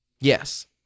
Yes